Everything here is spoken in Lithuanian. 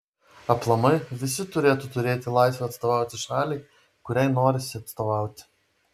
aplamai visi turėtų turėti laisvę atstovauti šaliai kuriai norisi atstovauti